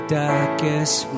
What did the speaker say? darkest